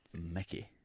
mickey